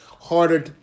harder